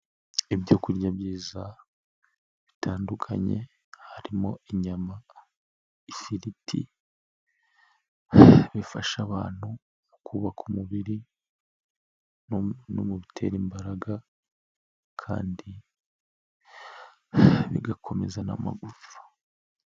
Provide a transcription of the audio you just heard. Ibyo kurya byiza bitandukanye harimo inyama, ifiriti, bifasha abantu mu kubaka umubiri no mu bitera imbaraga, kandi bigakomeza n'amagufa.